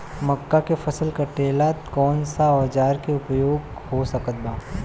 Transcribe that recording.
मक्का के फसल कटेला कौन सा औजार के उपयोग हो सकत बा?